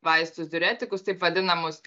vaistus diuretikus taip vadinamus